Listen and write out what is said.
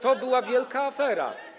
To była wielka afera.